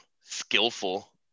skillful